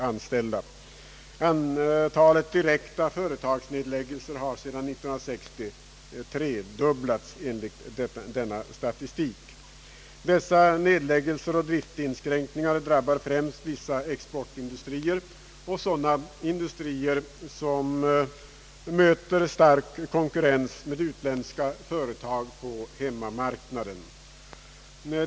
Antalet direkta företagsnedläggelser har sedan år 1960 tredubblats enligt denna statistik. Dessa nedläggelser och driftsinskränkningar drabbar främst vissa exportindustrier och sådana industrier som möter stark konkurrens med utländska företag på hemmamarknaden.